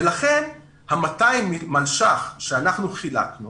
לכן ה-200 מיליון שקלים שאנחנו חילקנו